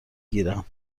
گیرم